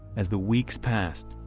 as the weeks passed,